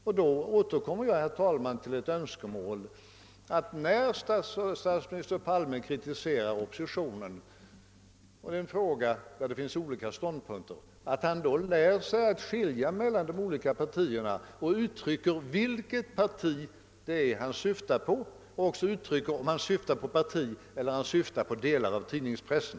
Vidare återkommer jag, herr talman, till ett önskemål att när statsminister Palme kritiserar oppositionen i en fråga, där det finns olika ståndpunkter, han lär sig att skilja mellan de olika partierna och klargör vilket parti han syftar på eller om han syftar på vissa delar av tidningspressen.